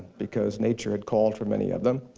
because nature had called for many of them.